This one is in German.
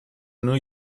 new